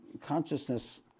consciousness